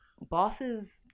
bosses